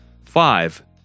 Five